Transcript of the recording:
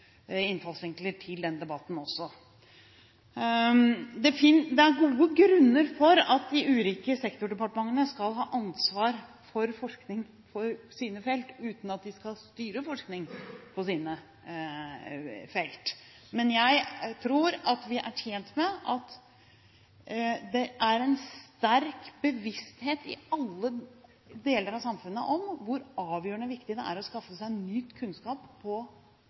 innfallsvinkler til den debatten også. Det er gode grunner til at de ulike sektordepartementene skal ha ansvar på forskning for sine felt, uten at de skal styre forskningen på sine felt. Men jeg tror at vi er tjent med at det er en sterk bevissthet i alle deler av samfunnet om hvor avgjørende viktig det er å skaffe seg ny kunnskap på